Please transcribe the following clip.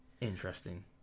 Interesting